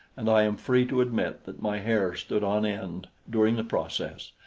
and i am free to admit that my hair stood on end during the process,